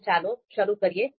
તો ચાલો શરૂ કરીએ